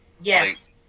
Yes